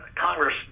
Congress